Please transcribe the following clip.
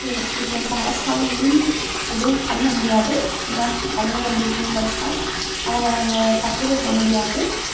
so இதில் வந்து அரசாங்கமும் எதுவும் பண்ணமுடியாது பிகாஸ் அவர்களும் வந்து ஹுமன்ஸ் தான் அவங்க நம்ம தப்பு சொல்லமுடியாது